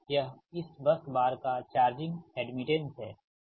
तो यह इस बस बार का चार्जिंग एड्मिटेंस है